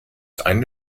eine